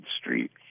Street